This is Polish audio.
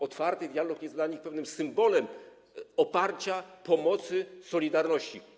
Otwarty Dialog jest dla nich symbolem oparcia, pomocy, solidarności.